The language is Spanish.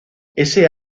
ese